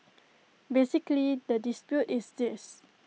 basically the dispute is this